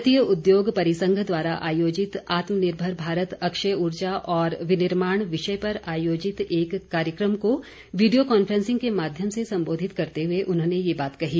भारतीय उद्योग परिसंघ द्वारा आयोजित आत्मनिर्भर भारत अक्षय ऊर्जा और विनिर्माण विषय पर आयोजित एक कार्यक्रम को वीडियो कॉन्फ्रेंसिंग के माध्यम से संबोधित करते हुए उन्होंने ये बात कही